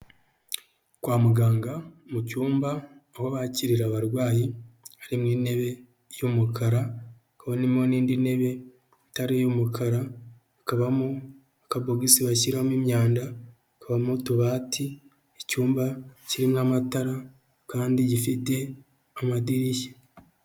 Kwa muganga mu cyumba aho bakirira abarwayi, harimo intebe y'umukara, harimo n'indi ntebe itari iy'umukara, hakabamo akapobogisi bashyiramo imyanda, habamo utubati, icyumba kirimo amatara kandi gifite amadirishya.